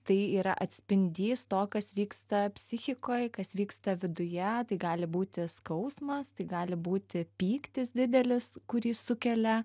tai yra atspindys to kas vyksta psichikoj kas vyksta viduje tai gali būti skausmas tai gali būti pyktis didelis kurį sukelia